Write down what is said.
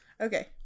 okay